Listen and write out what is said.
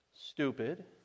stupid